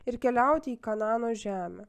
ir keliauti į kanano žemę